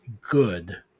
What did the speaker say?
good